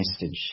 message